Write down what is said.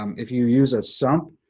um if you use a sump,